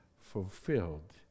fulfilled